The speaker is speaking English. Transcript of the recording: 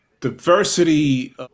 diversity